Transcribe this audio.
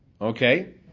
Okay